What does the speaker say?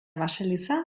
baseliza